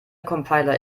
compiler